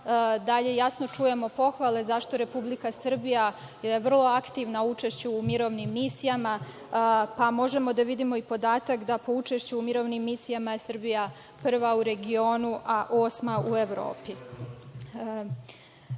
dalje jasno čujemo pohvale zašto Republika Srbija vrlo aktivna na učešću u mirovnim misijama, pa možemo da vidimo i podatak da je po učešću u mirovnim misijama Srbija prva u regionu, a osma u Evropi.U